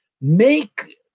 Make